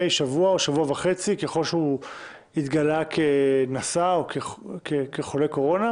שבוע או שבוע וחצי אם התגלה שהוא נשא או חולה קורונה,